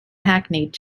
hackneyed